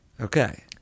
Okay